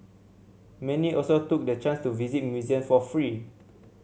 many also took the chance to visit museum for free